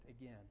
again